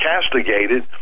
castigated